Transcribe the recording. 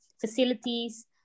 facilities